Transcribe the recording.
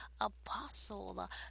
apostle